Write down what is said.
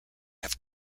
have